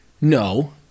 no